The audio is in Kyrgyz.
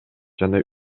жана